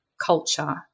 culture